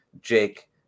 jake